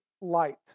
light